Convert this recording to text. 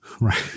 Right